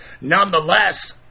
Nonetheless